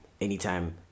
anytime